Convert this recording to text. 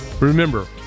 remember